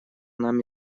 нам